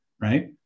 Right